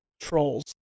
Trolls